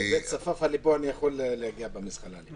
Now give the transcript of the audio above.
מבית צפאפא לפה אני יכול להגיע במזחלת.